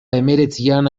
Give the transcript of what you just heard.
hemeretzian